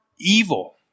evil